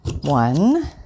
one